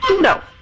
No